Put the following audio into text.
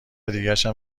دیگشم